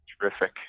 Terrific